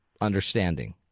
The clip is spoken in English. understanding